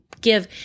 give